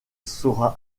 sera